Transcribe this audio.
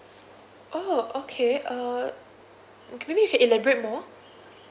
oh okay uh maybe you can elaborate more